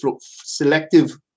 selective